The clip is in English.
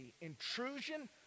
intrusion